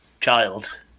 child